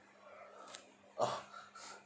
oh